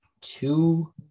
two